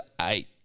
eight